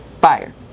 Fire